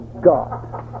God